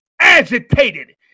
agitated